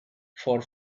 for